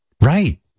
Right